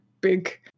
big